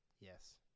Yes